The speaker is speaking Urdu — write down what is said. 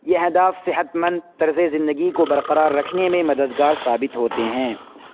یہ اہداف صحت مند طرز زندگی کو برقرار رکھنے میں مددگار ثابت ہوتے ہیں